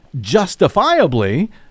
justifiably